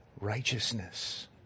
righteousness